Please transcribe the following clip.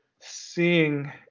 seeing